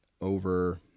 Over